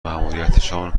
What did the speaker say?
ماموریتشان